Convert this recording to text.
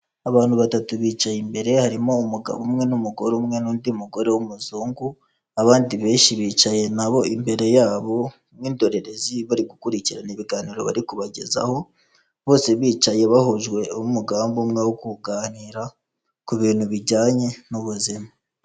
Abantu batatu bicaye imbere harimo umugabo umwe n'umugore umwe n'undi mugore w'umuzungu, abandi benshi bicaye nabo imbere yabo nk'indorerezi bari gukurikirana ibiganiro bari kubagezaho, bose bicaye bahujwe n'umugambi umwe wo kuganira ku bintu bijyanye n'ubuzima.